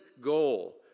goal